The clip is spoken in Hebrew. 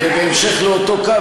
ובהמשך לאותו קו,